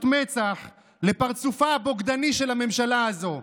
מצח לפרצופה הבוגדני של הממשלה הזו.